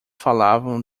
falavam